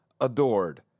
adored